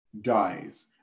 dies